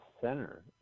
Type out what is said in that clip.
center